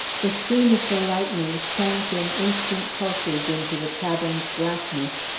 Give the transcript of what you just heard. the sheen of the lightning sank in instant pulses into the cavern's blackness,